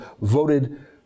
voted